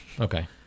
Okay